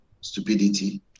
stupidity